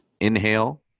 inhale